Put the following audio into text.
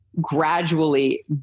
gradually